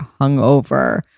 hungover